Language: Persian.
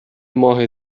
ماه